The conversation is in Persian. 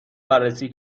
بررسی